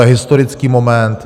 To je historický moment.